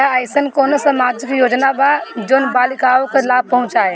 का अइसन कोनो सामाजिक योजना बा जोन बालिकाओं को लाभ पहुँचाए?